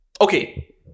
Okay